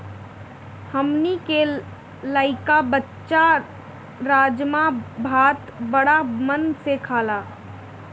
हमनी के लइका बच्चा राजमा भात बाड़ा मन से खाला